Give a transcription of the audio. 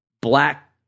Black